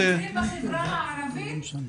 ברוב המקרים בחברה הערבית זה קורה.